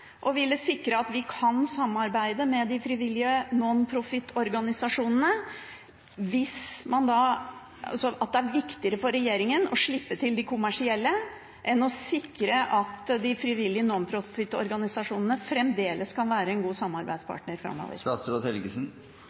å ville sikre at vi kan samarbeide med de frivillige, nonprofit organisasjonene – at det er viktigere for regjeringen å slippe til de kommersielle enn å sikre at de frivillige, nonprofit organisasjonene fremdeles kan være en god samarbeidspartner framover.